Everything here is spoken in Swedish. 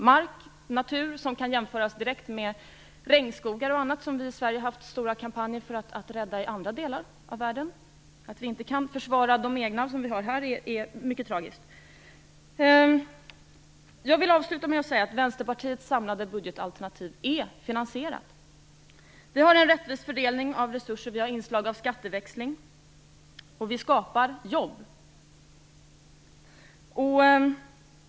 Det är natur som kan jämföras direkt med t.ex. regnskogarna, vilka vi i Sverige har haft stora kampanjer för att rädda. Att vi inte kan försvara våra egna orörda marker är mycket tragiskt. Jag vill avsluta med att säga att Vänsterpartiets samlade budgetalternativ är finansierat. Vi gör en rättvis fördelning av resurser. Vi föreslår inslag av skatteväxling. Vi skapar jobb.